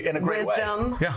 wisdom